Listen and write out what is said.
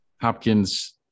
Hopkins